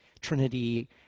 Trinity